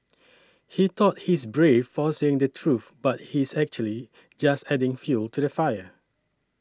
he thought he is brave for saying the truth but he is actually just adding fuel to the fire